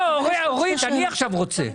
לא, אני עכשיו רוצה.